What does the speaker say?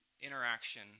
interaction